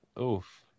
Oof